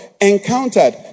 Encountered